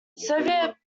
soviet